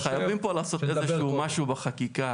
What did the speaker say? לא, אבל חייבים לעשות פה איזה שהוא משהו בחקיקה,